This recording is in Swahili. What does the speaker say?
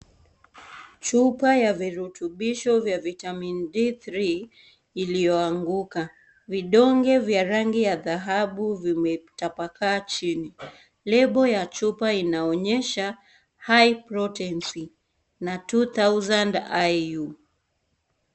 Chupa ya virutubisho vya Vitamin D3 iliyo anguka, vidonge vya rangi ya dhahabu vimetapakaa chini, label ya chupa inaonyesha high protency na 2000IU.